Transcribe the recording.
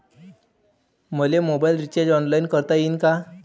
मले mobile recharge online करता येईन का?